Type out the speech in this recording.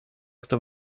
kto